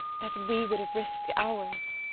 that we would have risked ours?